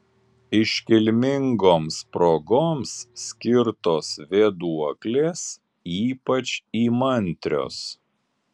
iškilmingoms progoms skirtos vėduoklės ypač įmantrios